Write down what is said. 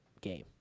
game